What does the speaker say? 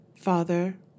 Father